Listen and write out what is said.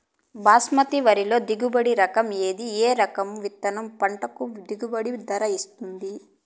బాస్మతి వరిలో దిగుబడి రకము ఏది ఏ రకము విత్తనం పంటకు గిట్టుబాటు ధర ఇస్తుంది